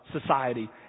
society